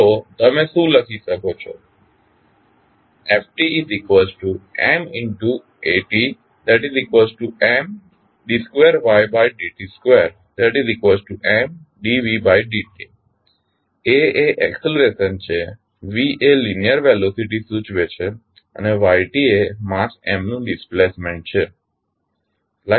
તો તમે શું લખી શકો છો ftMatMd 2yd t 2Md vd t a એ એક્સલરેશન છે v એ લીનીઅર વેલોસીટી સૂચવે છે અને y એ માસ Mનું ડીસ્પેલ્સમેન્ટ છે